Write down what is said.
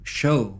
show